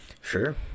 sure